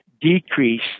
decrease